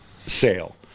sale